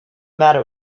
matter